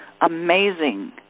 amazing